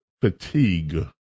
fatigue